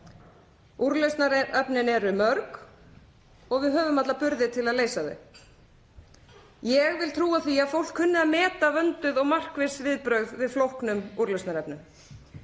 Úrlausnarefnin eru mörg og við höfum alla burði til að leysa þau. Ég vil trúa því að fólk kunni að meta vönduð og markviss viðbrögð við flóknum úrlausnarefnum.